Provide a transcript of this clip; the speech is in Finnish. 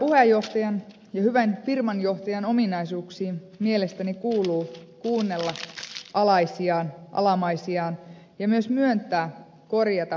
hyvän puheenjohtajan ja hyvän firmanjohtajan ominaisuuksiin mielestäni kuuluu kuunnella alaisiaan alamaisiaan ja myös myöntää korja ta tekemänsä virheet